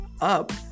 up